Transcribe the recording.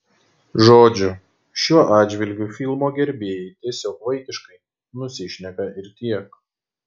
žodžiu šiuo atžvilgiu filmo gerbėjai tiesiog vaikiškai nusišneka ir tiek